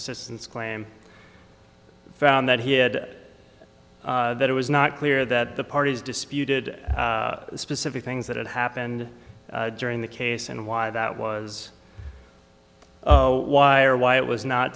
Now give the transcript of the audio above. assistance claim found that he had that it was not clear that the parties disputed the specific things that had happened during the case and why that was why or why it was not